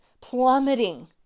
plummeting